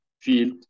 field